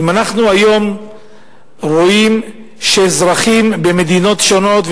אם אנחנו היום רואים שאזרחים במדינות שונות,